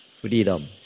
freedom